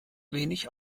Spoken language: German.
wenig